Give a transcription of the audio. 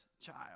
child